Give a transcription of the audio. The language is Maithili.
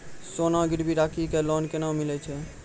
सोना गिरवी राखी कऽ लोन केना मिलै छै?